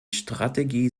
strategie